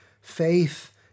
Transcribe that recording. faith